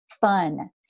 fun